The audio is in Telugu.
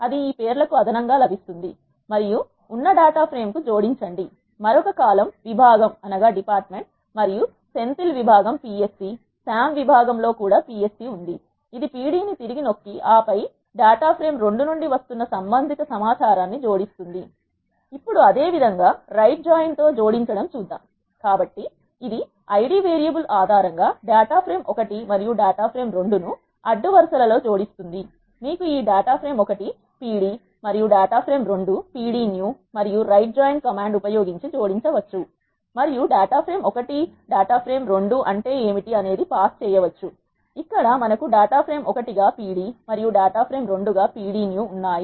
అది ఈ పేర్లకు అదనంగా లభిస్తుంది మరియు ఉన్న డేటా ప్రేమ్ కు జోడించండి మరొక కాలమ్ విభాగం మరియు సెంథిల్ విభాగం PSC సామ్ విభాగం లో కూడా PSC ఉంది ఇది Pd ని తిరిగి నొక్కి ఆపై డేటా ప్రేమ్ 2 నుండి వస్తున్న సంబంధిత సమాచారాన్ని జోడిస్తుంది ఇప్పుడు అదేవిధంగా రైట్ జాయిన్ తో జోడించడం చూద్దాము కాబట్టి ఇది ఐడి Id వేరియబుల్ ఆధారంగా డేటా ఫ్రేమ్ 1 మరియు డేటా ఫ్రేమ్ 2 ను అడ్డు వరుసలు జోడిస్తుంది మీకు ఈ డేటా ఫ్రేమ్ 1 p d మరియు data frame 2 p d new మరియు రైట్ జాయిన్ కమాండ్ ఉపయోగించి జోడించవచ్చు మరియు డాటా ప్రేమ్ 1 మరియు డేటా ఫ్రేమ్ 2 అంటే ఏమిటి అనేది పాస్ చేయవచ్చు ఇక్కడ మనకు డేటా ప్రేమ్ 1 గా p d మరియు డేటా ఫ్రేమ్ 2 గా p d new ఉన్నాయి